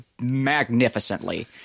magnificently